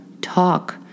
talk